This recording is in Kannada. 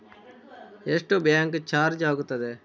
ಎಷ್ಟು ಬ್ಯಾಂಕ್ ಚಾರ್ಜ್ ಆಗುತ್ತದೆ?